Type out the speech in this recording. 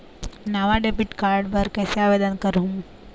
नावा debit card बर कैसे आवेदन करहूं?